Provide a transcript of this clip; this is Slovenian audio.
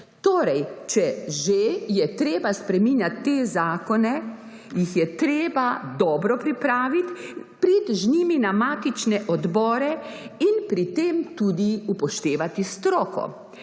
Torej, če je že treba spreminjati te zakone, jih je treba dobro pripraviti, priti z njimi na matične odbore in pri tem tudi upoštevati stroko.